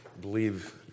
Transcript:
believe